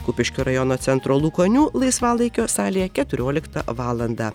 kupiškio rajono centro lukonių laisvalaikio salėje keturioliktą valandą